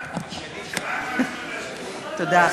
תודה.